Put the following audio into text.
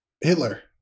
Hitler